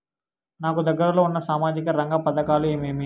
నాకు దగ్గర లో ఉన్న సామాజిక రంగ పథకాలు ఏమేమీ?